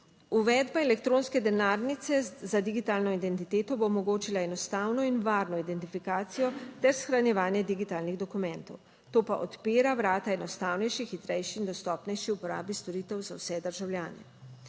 Uvedba elektronske denarnice za digitalno identiteto bo omogočila enostavno in varno identifikacijo ter shranjevanje digitalnih dokumentov, to pa odpira vrata enostavnejši, hitrejši in dostopnejši uporabi storitev za vse državljane.